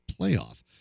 playoff